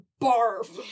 barf